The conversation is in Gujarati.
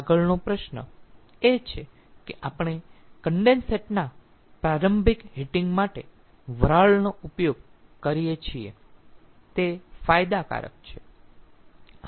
આગળનો પ્રશ્ન એ છે કે આપણે કન્ડેન્સેટ ના પ્રારંભિક હીટિંગ માટે વરાળનો ઉપયોગ કરીએ છીએ તે ફાયદાકારક છે